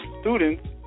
students